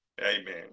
Amen